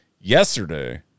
yesterday